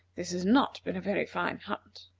this has not been a very fine hunt.